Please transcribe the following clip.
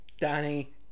Danny